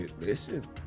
Listen